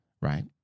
right